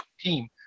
team